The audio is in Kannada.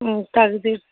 ಹ್ಞೂ ತಗ್ದಿದೆ